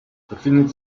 befindet